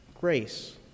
Grace